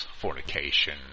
fornication